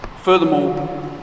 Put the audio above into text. Furthermore